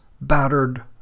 battered